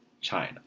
China